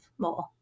more